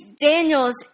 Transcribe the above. Daniel's